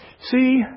See